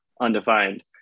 undefined